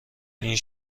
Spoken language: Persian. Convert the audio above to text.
این